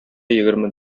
егерме